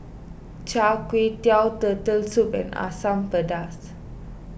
Char Kway Teow Turtle Soup and Asam Pedas